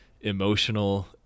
emotional